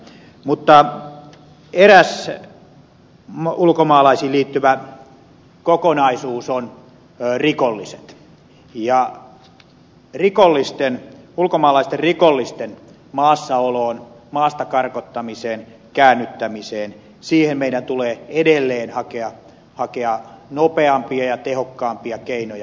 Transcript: mutta eräs ulkomaalaisiin liittyvä kokonaisuus on rikolliset ja ulkomaalaisten rikollisten maassaoloon maastakarkottamiseen käännyttämiseen meidän tulee edelleen hakea nopeampia ja tehokkaampia keinoja